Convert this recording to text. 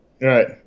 Right